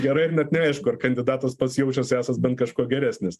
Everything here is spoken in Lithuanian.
gerai ir net neaišku ar kandidatas pats jaučias esąs bent kažkuo geresnis